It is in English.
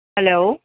hello